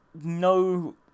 no